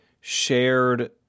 shared